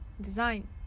design